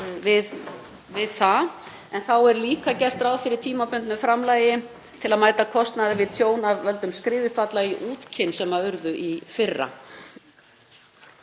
Þá er líka gert ráð fyrir tímabundnu framlagi til að mæta kostnaði vegna tjóns af völdum skriðufalla í Útkinn sem urðu í fyrra.